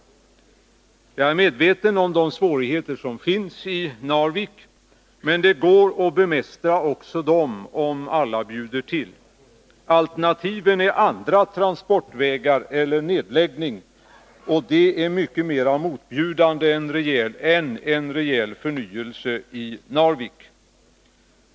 Jag är medveten om svårigheterna i Narvik. Men de går att bemästra, om alla bjuder till. Alternativen är andra transportvägar eller nedläggning, och de är mycket mera motbjudande än en rejäl förnyelse i Narvik.